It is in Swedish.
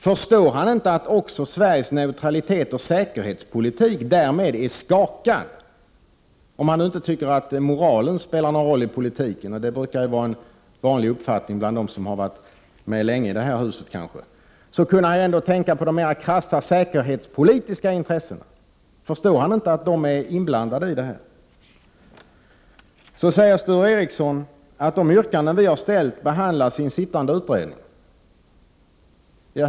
Förstår han inte att också Sveriges neutralitetsoch säkerhetspolitik därmed är skakad? Om han nu inte tycker att moralen spelar någon roll i politiken — det är kanske en vanlig uppfattning bland dem som varit med länge i det här huset — kunde han ändå tänka på de mer krassa säkerhetspolitiska intressena. Förstår han inte att de är inblandade här? Sture Ericson säger att de yrkanden som vi har ställt behandlas i en sittande utredning.